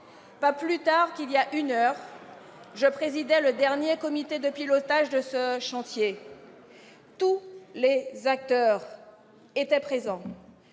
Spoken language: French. ? Il y a encore une heure, je présidais le dernier comité de pilotage de ce chantier. Tous les acteurs étaient présents.